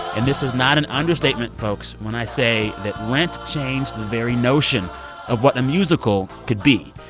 and this is not an understatement, folks, when i say that rent changed the very notion of what a musical could be.